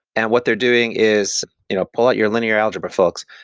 and what they're doing is you know pull out your linear algebra folks,